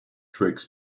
tricks